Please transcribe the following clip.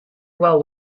well